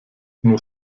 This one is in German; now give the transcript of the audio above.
nur